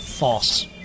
False